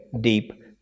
deep